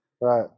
Right